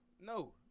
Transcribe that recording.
No